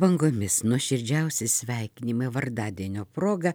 bangomis nuoširdžiausi sveikinimai vardadienio proga